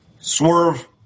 swerve